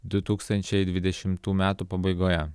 du tūkstančiai dvidešimtų metų pabaigoje